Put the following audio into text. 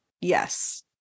Yes